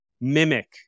mimic